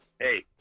Hey